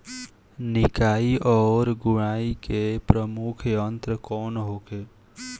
निकाई और गुड़ाई के प्रमुख यंत्र कौन होखे?